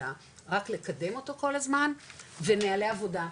אלא רק לקדם אותו כל הזמן ונהלי עבודה,